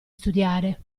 studiare